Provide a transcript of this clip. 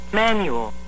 manual